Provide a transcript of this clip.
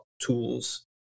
tools